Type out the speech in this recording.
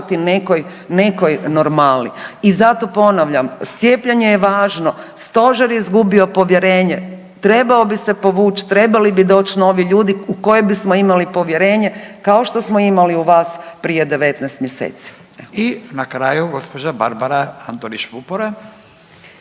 I na kraju gospođa Barbara Antolić Vupora.